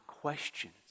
questions